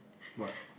what